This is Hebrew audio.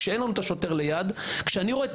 כשאין לנו את השוטר ליד: כשאני רואה את